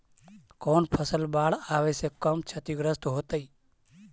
कौन फसल बाढ़ आवे से कम छतिग्रस्त होतइ?